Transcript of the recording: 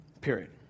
Period